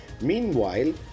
Meanwhile